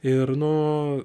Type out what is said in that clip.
ir nu